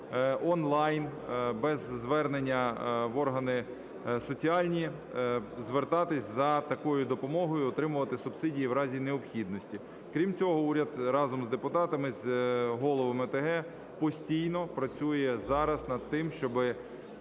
онлайн, без звернення в органи соціальні, звертатися за такою допомогою і отримувати субсидії в разі необхідності. Крім цього, уряд разом з депутатами, з головами ОТГ, постійно працює зараз над тим, щоби